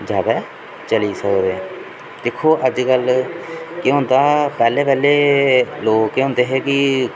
जैदा चली सकदे दिक्खो अजकल केह् होंदा पैह्लें पैह्लें लोग के होंदे हे कि